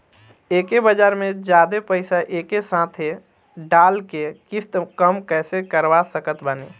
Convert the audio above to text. एके बार मे जादे पईसा एके साथे डाल के किश्त कम कैसे करवा सकत बानी?